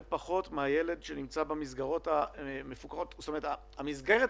פחות מהילד שנמצא במסגרות המפוקחות המתוקצבות?